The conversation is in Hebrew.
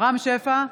רם שפע,